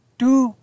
two